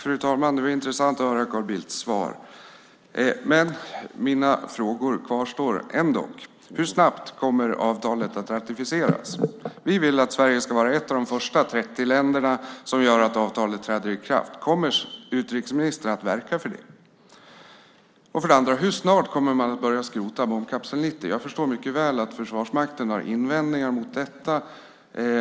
Fru talman! Det var intressant att höra Carl Bildts svar, men mina frågor kvarstår. För det första: Hur snabbt kommer avtalet att ratificeras? Vi vill att Sverige ska vara ett av de första 30 länderna som medverkar till att avtalet träder i kraft. Kommer utrikesministern att verka för det? För det andra: Hur snart kommer man att börja skrota bombkapsel 90? Jag förstår mycket väl att Försvarsmakten har invändningar mot det,